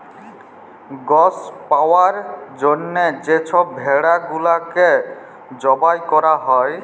গস পাউয়ার জ্যনহে যে ছব ভেড়া গুলাকে জবাই ক্যরা হ্যয়